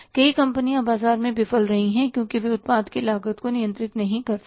कई कंपनियां बाजार में विफल रही हैं क्योंकि वे उत्पाद की लागत को नियंत्रित नहीं कर सके